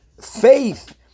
faith